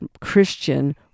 Christian